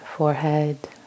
forehead